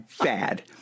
bad